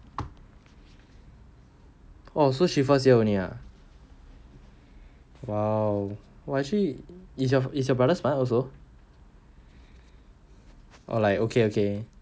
oh so she first only ah !wow! !wah! actually is your is your brother smart also or like okay okay